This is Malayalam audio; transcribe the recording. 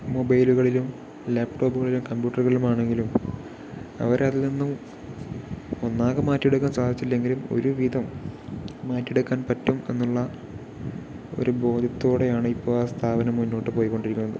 മൊബൈലുകളിലും ലാപ്ടോപ്പുകളിലും കമ്പൂട്ടറുകളിലുമാണെങ്കിലും അവരതിൽ നിന്നും ഒന്നാകെ മാറ്റിയെടുക്കാൻ സാധിച്ചില്ലെങ്കിലും ഒരുവിധം മാറ്റിയെടുക്കാൻ പറ്റും എന്നുള്ള ഒരു ബോധ്യത്തോടെയാണ് ഇപ്പോൾ ആ സ്ഥാപനം മുന്നോട്ടു പോയിക്കൊണ്ടിരിക്കുന്നത്